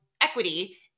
equity